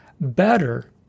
better